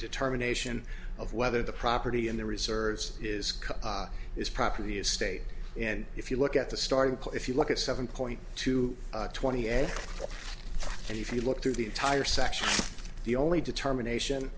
determination of whether the property in the reserves is cut is property of state and if you look at the starting point if you look at seven point two twenty eight and if you look through the entire section the only determination